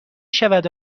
شود